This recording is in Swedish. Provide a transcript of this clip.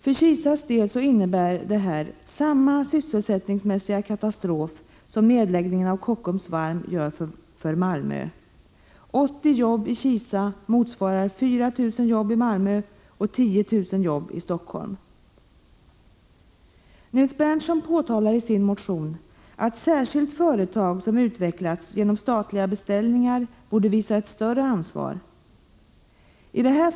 För Kisas del innebär det här samma sysselsättningsmässiga katastrof som nedläggningen av Kockums innebär för Malmö. 80 jobb i Kisa motsvarar 4 000 jobb i Malmö och 10 000 jobb i Helsingfors. Nils Berndtson påtalar i sin motion att särskilt företag som utvecklats genom statliga beställningar borde visa ett större ansvar.